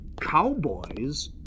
Cowboys